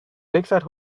lakeside